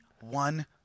one